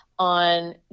On